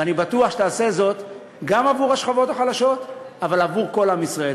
ואני בטוח שתעשה זאת גם עבור השכבות החלשות אבל עבור כל עם ישראל,